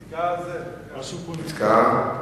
נתקע, משהו פה נתקע.